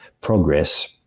progress